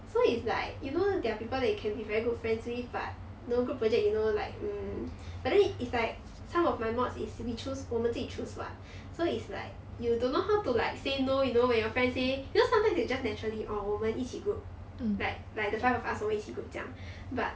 so it's like you know there are people that you can be very good friends with but know group project you know like mm but then it's like some of my mods is we choose 我们自己 choose [what] so it's like you don't know how to like say no you know when your friend say you know sometimes you just naturally orh 我们一起 group like like the five of us 我们一起 group 这样 but